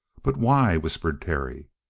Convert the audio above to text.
but why? whispered terry.